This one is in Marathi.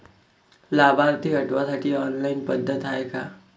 लाभार्थी हटवासाठी ऑनलाईन पद्धत हाय का?